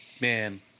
man